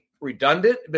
redundant